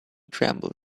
tremble